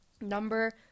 number